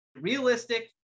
realistic